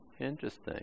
Interesting